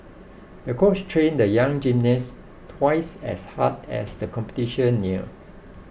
the coach trained the young gymnast twice as hard as the competition near